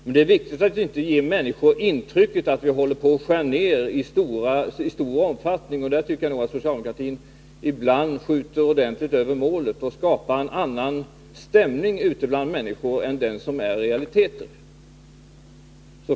Men det är viktigt att vi inte ger människor intrycket att vi håller på att skära ned i stor omfattning, och i det avseendet tycker jag nog att socialdemokratin ibland skjuter ordentligt över målet och skapar en annan stämning ute bland människor än vad som motsvarar realiteterna.